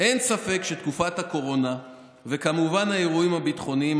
אין ספק שתקופת הקורונה וכמובן האירועים הביטחוניים